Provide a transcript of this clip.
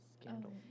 Scandal